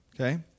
okay